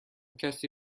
کسی